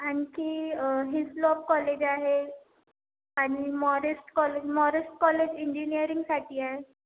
आणखी Hislop college आहे आणि मॉरीस कॉलेज मॉरीस कॉलेज इंजिनियरिंगसाठी आहे